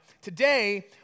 Today